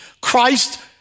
Christ